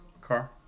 Car